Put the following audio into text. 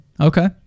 Okay